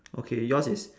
okay yours is